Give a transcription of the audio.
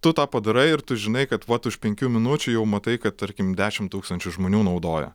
tu tą padarai ir tu žinai kad vat už penkių minučių jau matai kad tarkim dešimt tūkstančių žmonių naudoja